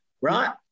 right